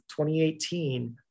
2018